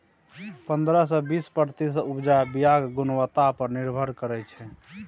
पंद्रह सँ बीस प्रतिशत उपजा बीयाक गुणवत्ता पर निर्भर करै छै